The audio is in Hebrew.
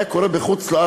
היה קורה בחוץ-לארץ.